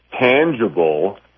tangible